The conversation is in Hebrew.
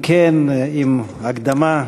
אם כן, עם הקדמה תלמודית,